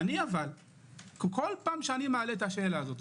אבל כל פעם שאני מעלה את השאלה הזאת,